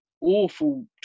awful